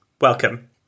welcome